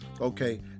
Okay